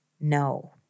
no